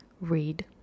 read